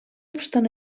obstant